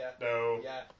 No